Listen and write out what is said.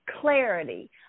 clarity